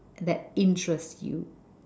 that interests you